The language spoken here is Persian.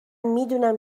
میدونم